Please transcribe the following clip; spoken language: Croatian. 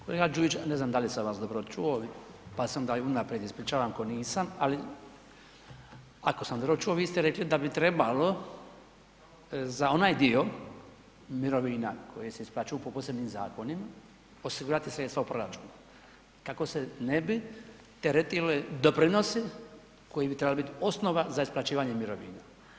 Kolega Đujić, ne znam da li sam vas dobro čuo, pa se onda unaprijed ispričavam ako nisam, ali ako sam dobro čuo vi ste rekli da bi trebalo za onaj dio mirovina koje se isplaćuju po posebnim zakonima osigurati sredstva u proračunu kako se ne bi teretili doprinosi koji bi trebali bit osnova za isplaćivanje mirovina.